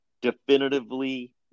definitively